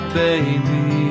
baby